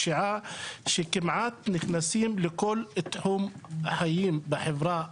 כמעט נכנסים בתוך כל תחום חיים בחברה הערבית.